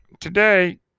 today